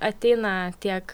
ateina tiek